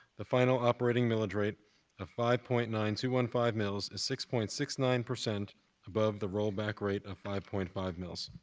the final operating millage rate of five point nine two one five mills is six point six nine above the rolled-back rate of five point five mills.